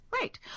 Right